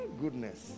Goodness